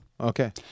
Okay